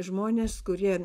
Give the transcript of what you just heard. žmonės kurie